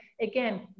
Again